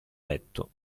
letto